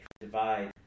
divide